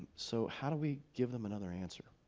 so, how do we give them another answer?